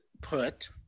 put